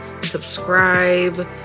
subscribe